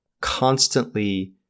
constantly